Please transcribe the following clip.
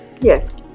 Yes